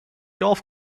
golf